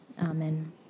Amen